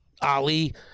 Ali